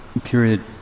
period